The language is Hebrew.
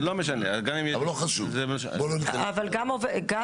בואו לא ניכנס לזה.